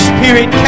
Spirit